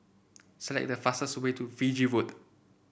select the fastest way to Fiji Road